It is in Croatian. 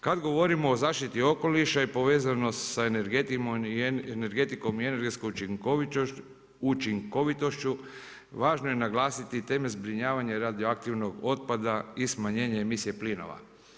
Kad govorimo o zaštiti okoliša i povezano sa energetikom i energetskom učinkovitošću, važno je naglasiti teme zbrinjavanja i radio aktivnog otpada i smanjenje emisije plinova.